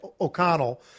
O'Connell